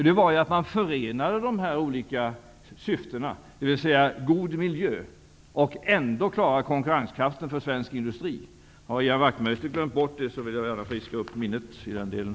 Den var ju att man förenade dessa olika syften, dvs. att skapa en god miljö och ändå klara konkurrenskraften för svensk industri. Om Ian Wachtmeister har glömt bort det, vill jag gärna friska upp minnet i den delen. ''